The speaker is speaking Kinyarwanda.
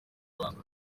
rwanda